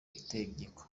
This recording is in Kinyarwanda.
itegeko